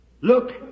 Look